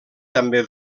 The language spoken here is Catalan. també